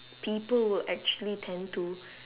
people will actually tend to